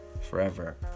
forever